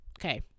Okay